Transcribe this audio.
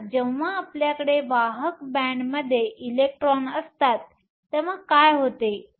तर जेव्हा आपल्याकडे वाहक बॅण्डमध्ये इलेक्ट्रॉन असतात तेव्हा काय होते